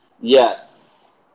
Yes